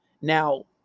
Now